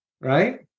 right